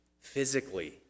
physically